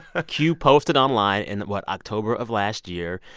q posted online in what? october of last year.